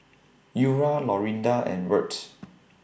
Eura Lorinda and Wirt